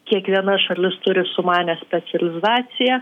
kiekviena šalis turi sumanią specializaciją